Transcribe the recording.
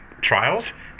trials